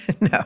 No